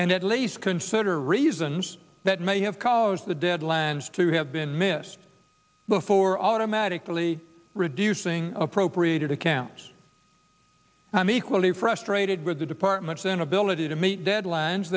and at least consider reasons that may have caused the deadlines to have been missed before automatically reducing appropriated accounts i'm equally frustrated with the department's inability to meet deadlines